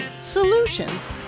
solutions